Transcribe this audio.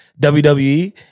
WWE